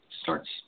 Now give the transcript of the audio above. starts